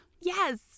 Yes